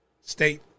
state